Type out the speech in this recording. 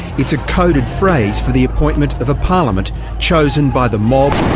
it's a coded phrase for the appointment of a parliament chosen by the mob,